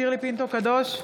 שירלי פינטו קדוש,